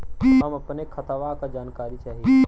हम अपने खतवा क जानकारी चाही?